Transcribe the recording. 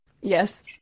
Yes